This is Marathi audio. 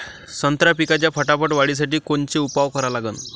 संत्रा पिकाच्या फटाफट वाढीसाठी कोनचे उपाव करा लागन?